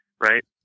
right